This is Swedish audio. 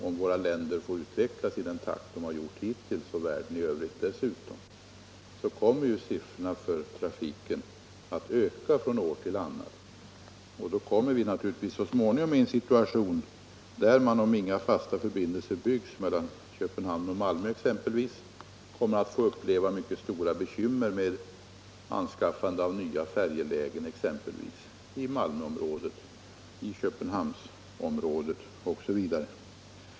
Om våra länder får utvecklas i samma Jjärnvägsförbindelse takt som hittills — och världen i övrigt dessutom — så kommer siffrorna mellan Helsingborg för trafiken att öka från ett år till ett annat. Då kommer vi naturligtvis — och Helsingör, så småningom i en situation där man, om inga fasta förbindelser byggs — m.m. exempelvis mellan Köpenhamn och Malmö, kommer att få uppleva mycket stora bekymmer med bl.a. anskaffande av nya färjelägen i Malmöområdet, i Köpenhamnsområdet osv.